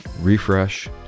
Refresh